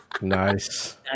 Nice